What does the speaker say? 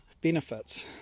benefits